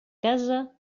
casa